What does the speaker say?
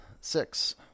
six